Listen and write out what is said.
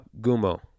Gumo